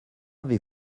avez